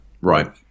Right